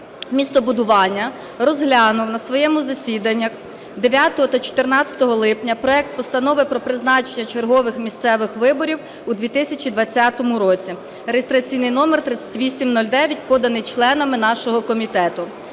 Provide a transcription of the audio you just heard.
містобудування розглянув на своєму засіданні 9 та 14 липня проект Постанови про призначення чергових місцевих виборів у 2020 році (реєстраційний номер 3809), поданий членами нашого комітету.